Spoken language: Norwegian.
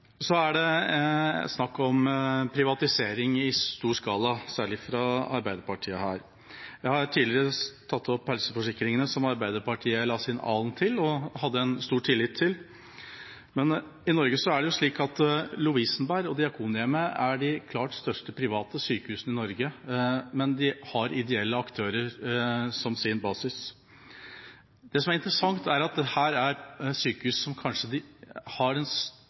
stor skala, særlig fra Arbeiderpartiet. Jeg har tidligere tatt opp det økte antallet helseforsikringer, som Arbeiderpartiet la sin alen til og hadde stor tillit til. Men i Norge er det slik at Lovisenberg og Diakonhjemmet er de klart største private sykehusene i Norge, men de har ideelle aktører som sin basis. Det som er interessant, er at dette er sykehus som kanskje har den beste tilbakemeldingen fra alle pasienter i hele Norge. Da jeg var på besøk på Lovisenberg, møtte jeg en